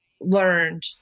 learned